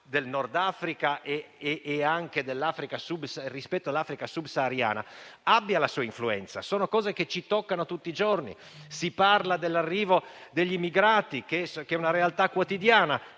del Nord Africa e dell'Africa subsahariana) abbia la sua influenza. Si tratta di cose che ci toccano tutti i giorni. Si parla dell'arrivo degli immigrati, che è una realtà quotidiana.